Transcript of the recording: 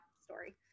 story